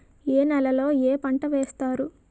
ఏ నేలలో ఏ పంట వేస్తారు?